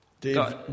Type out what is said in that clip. Dave